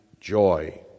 joy